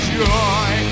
joy